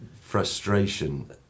frustration